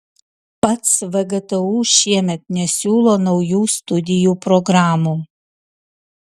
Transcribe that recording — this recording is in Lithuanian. pats vgtu šiemet nesiūlo naujų studijų programų